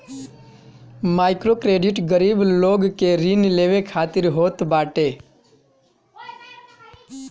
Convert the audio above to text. microcredit गरीब लोग के ऋण लेवे खातिर होत बाटे